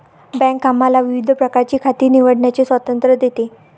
bank आम्हाला विविध प्रकारची खाती निवडण्याचे स्वातंत्र्य देते